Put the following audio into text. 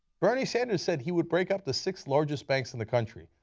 bernie sanders said he would break up the six largest banks in the country.